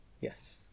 Yes